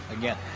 Again